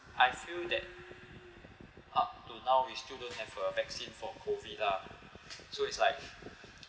I feel that up to now we still don't have a vaccine for COVID lah so it's like